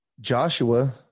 Joshua